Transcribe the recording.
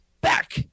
back